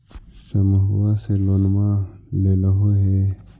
समुहवा से लोनवा लेलहो हे?